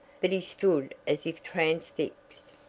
but he stood as if transfixed.